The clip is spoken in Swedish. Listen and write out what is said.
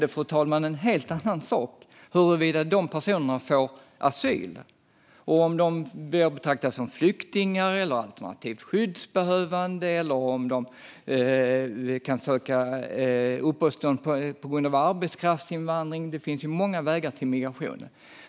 Det är en helt annan sak om dessa människor sedan får asyl och betraktas som flyktingar eller alternativt skyddsbehövande eller om de kan söka uppehållstillstånd på grund av arbetskraftsinvandring. Det finns många vägar för migration.